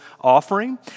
offering